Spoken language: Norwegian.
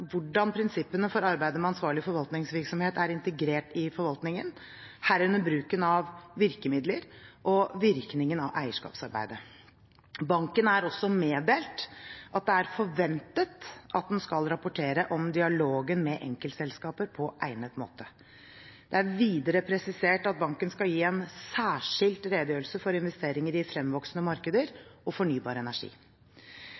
hvordan prinsippene for arbeidet med ansvarlig forvaltningsvirksomhet er integrert i forvaltningen, herunder bruken av virkemidler og virkningen av eierskapsarbeidet. Banken er også meddelt at det er forventet at den skal rapportere om dialogen med enkeltselskaper på egnet måte. Det er videre presisert at banken skal gi en særskilt redegjørelse for investeringer i fremvoksende markeder og fornybar energi.